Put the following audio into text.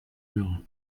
meur